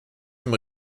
dem